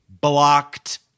blocked